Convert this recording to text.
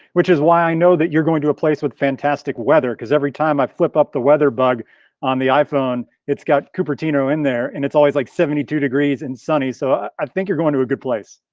which is why i know that you're going to a place with fantastic weather, cause every time i flip up the weather bag on the iphone, it's got cupertino in there, and it's always like seventy two degrees and sunny. so i think you're going to a good place.